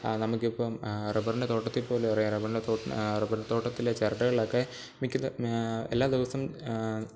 നമുക്ക് ഇപ്പം റബ്ബറിന്റെ തോട്ടത്തില് പോലും അറിയാം റബ്ബറിന്റെ തോട്ടത്തിൽ റബ്ബർ തോട്ടത്തിലെ ചിരട്ടകളിലൊക്കെ മിക്കതും എല്ലാ ദിവസം